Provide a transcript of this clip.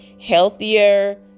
healthier